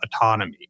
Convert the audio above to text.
autonomy